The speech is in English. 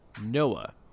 Noah